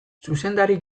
zuzendari